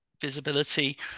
Visibility